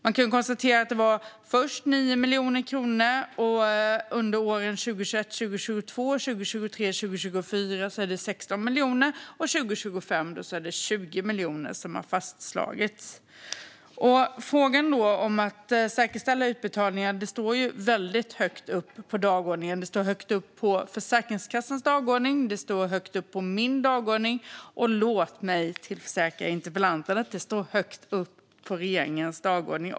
Man kan konstatera att det först var 9 miljoner kronor, att det under åren 2021, 2022, 2023 och 2024 var 16 miljoner och att det år 2025 är 20 miljoner som har fastslagits. Frågan om att säkerställa utbetalningar står högt upp på dagordningen. Den står högt upp på Försäkringskassans dagordning, och den står högt upp på min dagordning. Låt mig försäkra interpellanten att den står högt upp också på regeringens dagordning.